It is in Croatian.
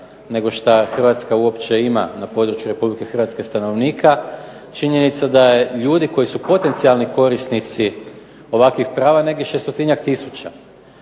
nego što Hrvatska uopće ima na području Republike Hrvatske stanovnika, činjenica je da ljudi koji su potencijalni korisnici ovakvih prava negdje šestotinjak tisuća.